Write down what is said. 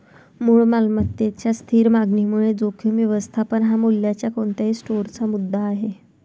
मूळ मालमत्तेच्या स्थिर मागणीमुळे जोखीम व्यवस्थापन हा मूल्याच्या कोणत्याही स्टोअरचा मुद्दा आहे